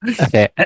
Okay